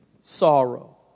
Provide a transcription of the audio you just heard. sorrow